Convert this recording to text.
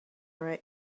right